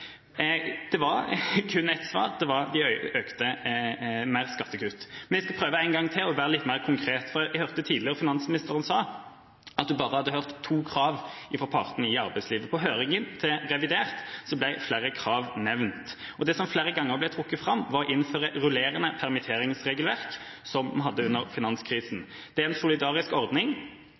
Det var kun ett svar. Det var mer skattekutt. Men jeg skal prøve en gang til og være litt mer konkret, for jeg hørte tidligere at finansministeren sa at hun bare hadde hørt to krav fra partene i arbeidslivet. På høringen om revidert ble flere krav nevnt, og det som flere ganger ble trukket fram, var å innføre rullerende permitteringsregelverk som vi hadde under finanskrisen. Det er en solidarisk ordning